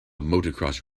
motocross